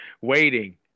Waiting